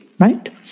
right